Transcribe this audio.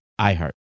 Iheart